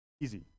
Easy